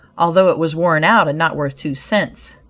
although it was worn out and not worth two cents.